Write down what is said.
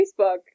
Facebook